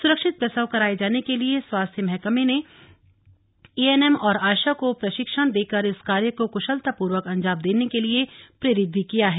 सुरक्षित प्रसव कराये जाने के लिए स्वास्थ्य महकमे ने एएनएम और आशा को प्रशिक्षण देकर इस कार्य को कुशलतापूर्वक अंजाम देने के लिए प्रेरित भी किया है